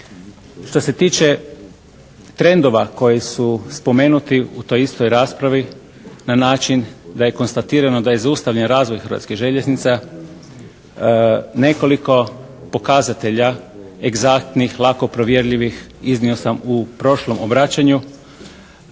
Što se tiče trendova koji su spomenuti u toj istoj raspravi na način da je konstatirano da je zaustavljen razvoj Hrvatskih željeznica nekoliko pokazatelja egzaktnih lako provjerljivih iznio sam u prošlom obraćanju.